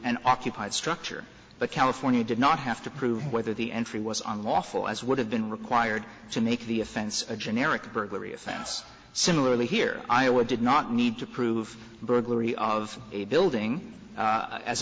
and occupied structure but california did not have to prove whether the entry was unlawful as would have been required to make the offense a generic burglary offense similarly here i would did not need to prove burglary of a building